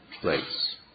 place